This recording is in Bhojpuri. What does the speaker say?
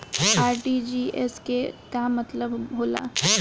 आर.टी.जी.एस के का मतलब होला?